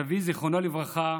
סבי, זיכרונו לברכה,